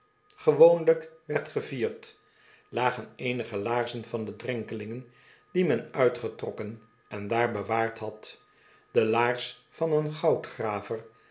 werd gevierd lagen eenige laarzen van de drenkelingen die men uitgetrokken en daar bewaard had de laars van een